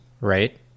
right